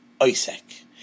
Isaac